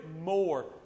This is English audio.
more